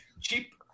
cheap